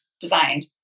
designed